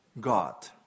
God